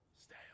stay